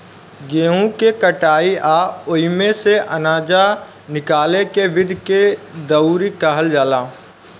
गेहूँ के कटाई आ ओइमे से आनजा निकाले के विधि के दउरी कहल जाला